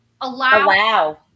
allow